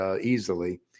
easily